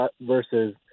versus